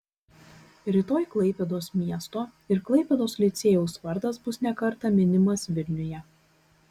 rytoj klaipėdos miesto ir klaipėdos licėjaus vardas bus ne kartą minimas vilniuje